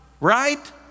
Right